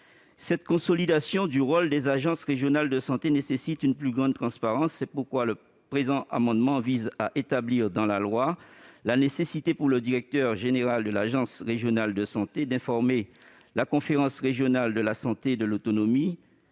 La consolidation du rôle des ARS qui s'ensuit nécessite donc une plus grande transparence. C'est pourquoi le présent amendement vise à fixer dans la loi la nécessité, pour le directeur général de l'agence régionale de santé, d'informer la conférence régionale de la santé et de l'autonomie